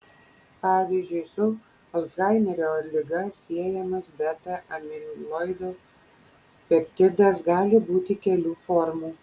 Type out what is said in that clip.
pavyzdžiui su alzhaimerio liga siejamas beta amiloido peptidas gali būti kelių formų